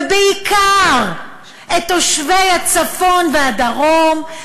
ובעיקר את תושבי הצפון והדרום,